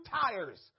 tires